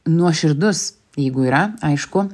nuoširdus jeigu yra aišku